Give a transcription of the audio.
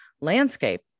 landscape